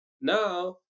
now